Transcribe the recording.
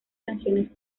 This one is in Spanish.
canciones